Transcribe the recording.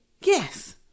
Yes